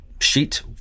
sheet